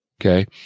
Okay